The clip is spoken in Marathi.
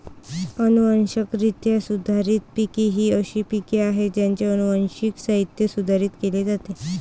अनुवांशिकरित्या सुधारित पिके ही अशी पिके आहेत ज्यांचे अनुवांशिक साहित्य सुधारित केले जाते